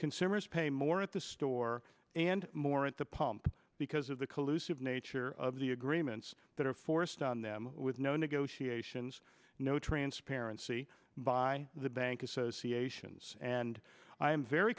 consumers pay more at the store and more at the pump because of the collusive nature of the agreements that are forced on them with no negotiations no transparency by the bank associations and i am very